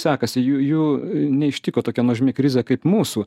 sekasi jų jų neištiko tokia nuožmi krizė kaip mūsų